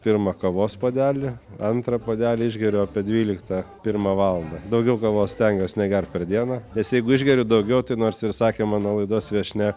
pirmą kavos puodelį antrą puodelį išgeriu apie dvyliktą pirmą valandą daugiau kavos stengiuos negert per dieną nes jeigu išgeriu daugiau tai nors ir sakė mano laidos viešnia